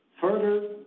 further